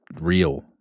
real